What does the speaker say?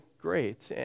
great